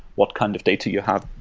what kind of data you have,